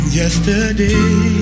yesterday